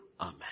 amen